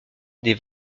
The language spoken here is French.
des